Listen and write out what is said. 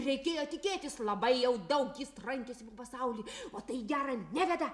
reikėjo tikėtis labai jau daug jis trankėsi po pasaulį o tai gera neveda